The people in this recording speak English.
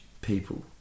people